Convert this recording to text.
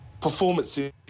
performances